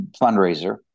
fundraiser